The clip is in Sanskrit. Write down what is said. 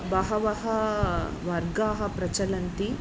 बहवः वर्गाः प्रचलन्ति